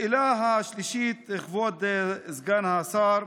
השאלה השלישית, כבוד סגן השר: